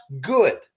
good